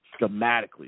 schematically